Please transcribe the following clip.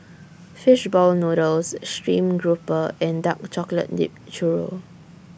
Fish Ball Noodles Stream Grouper and Dark Chocolate Dipped Churro